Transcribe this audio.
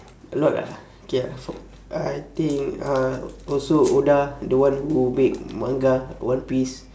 a lot ah okay ah I think uh also oda the one who make manga one piece